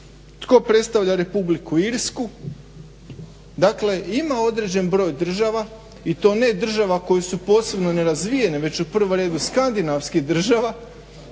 Tko predstavlja Republiku Irsku? Dakle, ima određen broj država i to ne država koje su posebno nerazvijene već u prvom redu skandinavskih država